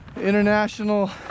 international